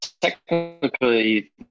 Technically